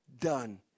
done